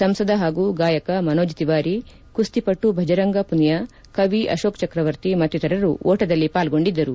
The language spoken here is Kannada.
ಸಂಸದ ಹಾಗೂ ಗಾಯಕ ಮನೋಜ್ ತಿವಾರಿ ಕುಸ್ತಿಪಟು ಭಜರಂಗ ಪುನಿಯಾ ಕವಿ ಅಶೋಕ್ ಚಕ್ರವರ್ತಿ ಮತ್ತಿತರರು ಓಟದಲ್ಲಿ ಪಾಲ್ಗೊಂಡಿದ್ದರು